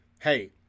hey